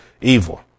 Evil